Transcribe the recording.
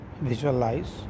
visualize